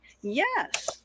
Yes